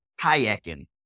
kayaking